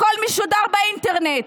הכול משודר באינטרנט.